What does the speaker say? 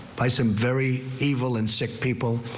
by some very evil and sick people.